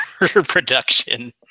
production